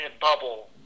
bubble